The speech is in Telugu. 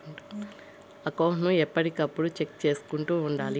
అకౌంట్ ను ఎప్పటికప్పుడు చెక్ చేసుకుంటూ ఉండాలి